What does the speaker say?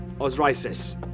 Osiris